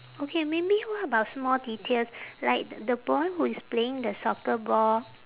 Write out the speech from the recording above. okay maybe what about small details like the boy who is playing the soccer ball